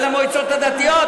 על המועצות הדתיות,